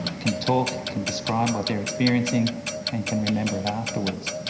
can talk, can describe what they are experiencing and can remember it afterwards.